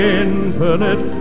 infinite